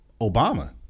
Obama